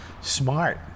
smart